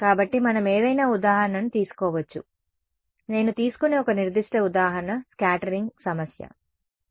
కాబట్టి మనం ఏదైనా ఉదాహరణను తీసుకోవచ్చు నేను తీసుకునే ఒక నిర్దిష్ట ఉదాహరణ స్క్యాటరింగ్ సమస్య సరే